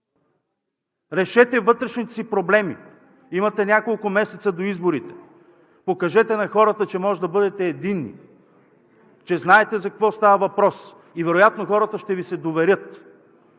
Решете вътрешните си проблеми, имате няколко месеца до изборите. Покажете на хората, че можете да бъдете единни, че знаете за какво става въпрос, и вероятно хората ще Ви се доверят.